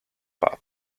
pub